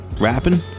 rapping